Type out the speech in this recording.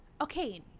okay